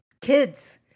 kids